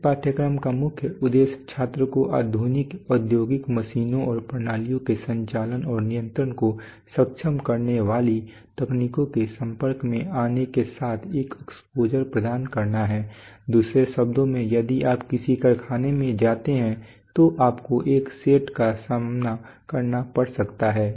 इस पाठ्यक्रम का मूल उद्देश्य छात्र को आधुनिक औद्योगिक मशीनों और प्रणालियों के संचालन और नियंत्रण को सक्षम करने वाली तकनीकों के संपर्क में आने के साथ एक एक्सपोजर प्रदान करना है दूसरे शब्दों में यदि आप किसी कारखाने में जाते हैं तो आपको एक सेट का सामना करना पड़ सकता है